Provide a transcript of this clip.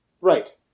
Right